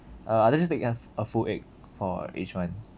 uh I'd just take a f~ a full egg for each one